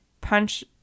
punch